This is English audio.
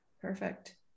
Perfect